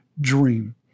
dream